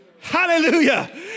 Hallelujah